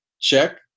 Check